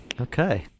okay